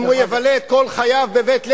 אם הוא יבלה את כל חייו ב"בית לוינשטיין"